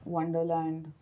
Wonderland